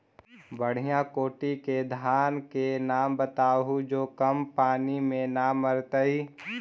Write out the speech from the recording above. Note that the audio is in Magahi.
बढ़िया कोटि के धान के नाम बताहु जो कम पानी में न मरतइ?